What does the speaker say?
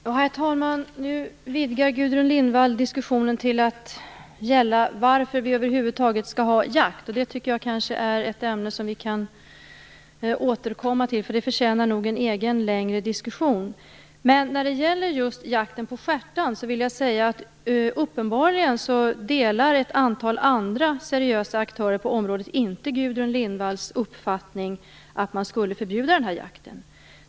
Herr talman! Nu vidgar Gudrun Lindvall diskussionen till att gälla varför vi över huvud taget skall ha jakt. Det tycker jag kanske är ett ämne som vi kan återkomma till. Det förtjänar nog en egen längre diskussion. När det gäller just jakten på stjärtand vill jag säga att uppenbarligen delar inte ett antal andra seriösa aktörer på området Gudrun Lindvalls uppfattning om att man borde förbjuda jakten.